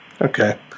Okay